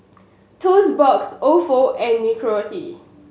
Toast Box Ofo and Nicorette